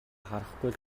харахгүй